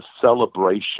celebration